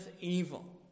evil